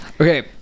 Okay